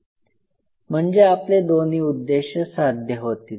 म्हणजे आपले दोन्ही उद्देश साध्य होतील